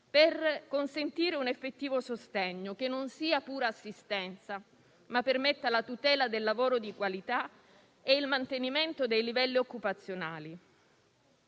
per consentire un effettivo sostegno, che non sia pura assistenza, ma permetta la tutela del lavoro di qualità e il mantenimento dei livelli occupazionali.